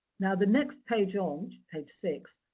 now the next page on, page six,